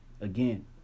Again